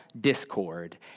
discord